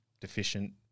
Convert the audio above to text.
deficient